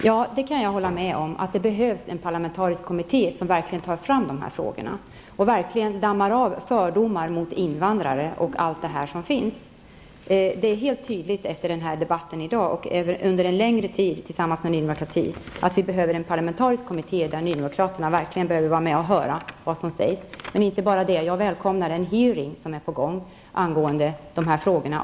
Herr talman! Jag kan hålla med om att det behövs en parlamentarisk kommitté som verkligen tar fram de här frågorna och dammar av fördomar mot invandrare och mycket annat. Det är helt tydligt efter debatten i dag och efter en längre tid tillsammans med Ny Demokrati att vi behöver en parlamentarisk kommitté, där nydemokraterna får vara med och höra vad som sägs. Inte bara det, jag välkomnar den utfrågning som skall komma angående de här frågorna.